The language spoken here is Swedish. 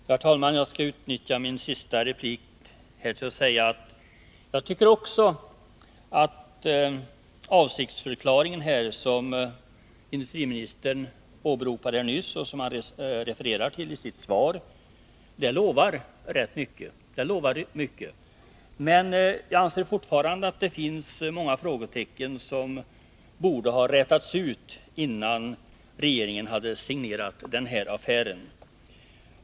Herr talman! Jag skall utnyttja mitt sista repliktillfälle till att säga att även jag tycker att den avsiktsförklaring som industriministern nyss åberopade och som han refererade till i sitt svar lovar rätt mycket. Jag anser emellertid fortfarande att det finns många frågetecken som borde ha rätats ut, innan regeringen signerat affären.